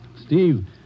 Steve